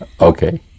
Okay